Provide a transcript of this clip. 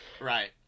Right